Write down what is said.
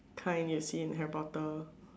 kind you see in Harry Potter